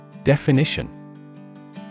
Definition